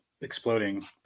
exploding